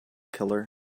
killer